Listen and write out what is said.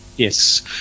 Yes